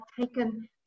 taken